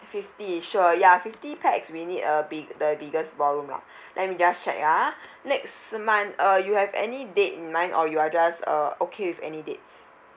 fifty sure ya fifty pax we need a big the biggest ballroom lah let me just check ah next month uh you have any dates in mind or you are just uh okay with any dates